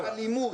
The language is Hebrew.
כל מקרי האלימות,